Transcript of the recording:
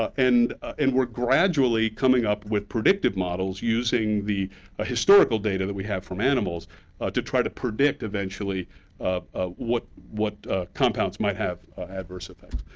and and we're gradually coming up with predictive models using the ah historical data that we have from animals to try to predict eventually ah what what compounds might have adverse effects.